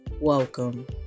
welcome